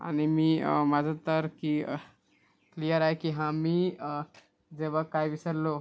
आणि मी माझं तर क्लिअ क्लिअर आहे की हां मी जेव्हा काय विसरलो